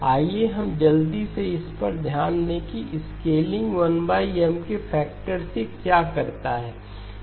आइए हम जल्दी से इस पर ध्यान दें कि यह स्केलिंग 1 M के फैक्टर से क्या करता है